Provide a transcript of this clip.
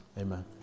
amen